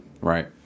Right